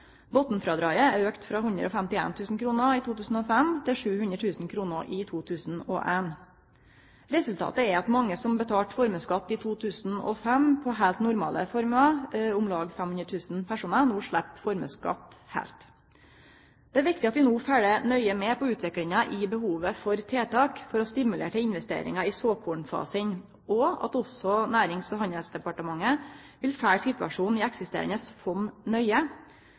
er auka frå 151 000 kr i 2005 til 700 000 kr i 2010. Resultatet er at mange som i 2005 betalte formuesskatt av heilt normale formuar, om lag 500 000 personar, no heilt slepp formuesskatt. Det er viktig at vi no følgjer nøye med på utviklinga i behovet for tiltak for å stimulere til investeringar i såkornfasen, og at også Nærings- og handelsdepartementet vil følgje situasjonen i eksisterande fond nøye,